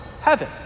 heaven